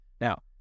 Now